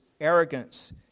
Arrogance